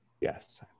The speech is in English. Yes